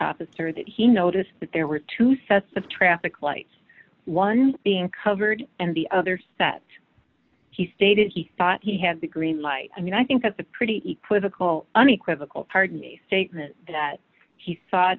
officer that he noticed that there were two sets of traffic lights one being covered and the other set he stated he thought he had the green light i mean i think that's a pretty quick to call unequivocal pardon a statement that he